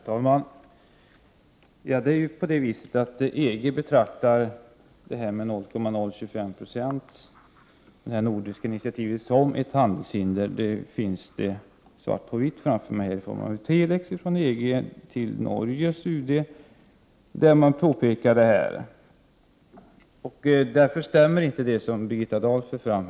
Herr talman! EG betraktar det nordiska initiativet om att slutna torrbatterier med mer än sammanlagt 0,025 viktprocent kvicksilver och kadmium skall märkas med en särskild symbol som ett handelshinder. Detta finns det svart på vitt på framför mig i form av ett telex från EG till Norges utrikesdepartement. Därför stämmer inte det som Birgitta Dahl för fram.